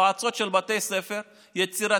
יועצות של בתי ספר יצירתיות,